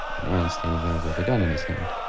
man standing there with a gun in his hand.